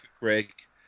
break